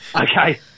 okay